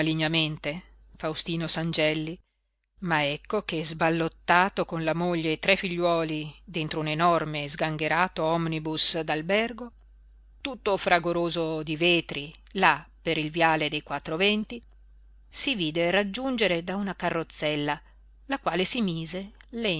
malignamente faustino sangelli ma ecco che sballottato con la moglie e i tre figliuoli dentro un enorme e sgangherato omnibus d'albergo tutto fragoroso di vetri là per il viale dei quattro venti si vide raggiungere da una carrozzella la quale si mise